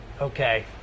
okay